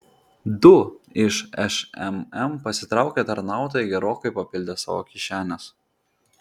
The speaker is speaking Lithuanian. du iš šmm pasitraukę tarnautojai gerokai papildė savo kišenes